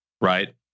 right